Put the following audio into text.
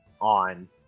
on